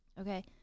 Okay